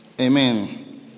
Amen